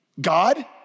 God